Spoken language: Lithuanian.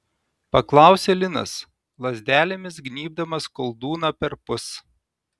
paklausė linas lazdelėmis gnybdamas koldūną perpus